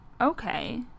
Okay